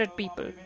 people